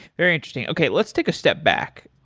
very interesting. okay, let's take a step back.